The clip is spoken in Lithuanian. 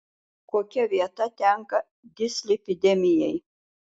kokia vieta tenka dislipidemijai